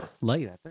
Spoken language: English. Light